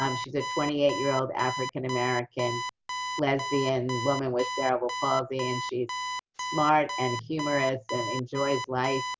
um she's a twenty eight year old african-american lesbian woman with cerebral palsy, and she's smart and humorous and enjoys life.